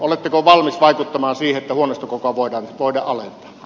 oletteko valmis vaikuttamaan siihen että huoneistokokoa voidaan alentaa